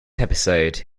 episode